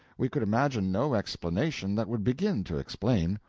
we could imagine no explanation that would begin to explain.